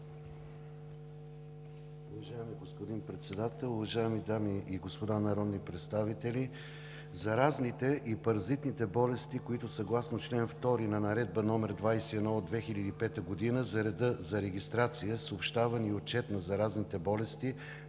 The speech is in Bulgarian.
Уважаеми господин Гьоков, уважаеми дами и господа народни представители! Заразните и паразитните болести, които съгласно чл. 2 на Наредба № 21 от 2005 г. за реда за регистрация, съобщаване и отчет на заразните болести